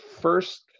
first